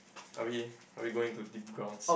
are we are we going to deep grounds